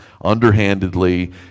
underhandedly